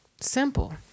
Simple